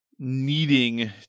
needing